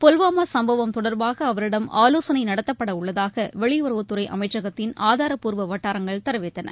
புல்வாமா சம்பவம் தொடர்பாக அவரிடம் ஆலோசனை நடத்தப்பட உள்ளதாக வெளியுறவுத்துறை அமைச்சகத்தின் ஆதாரப்பூர்வ வட்டாரங்கள் தெரிவித்தன